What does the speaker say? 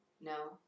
No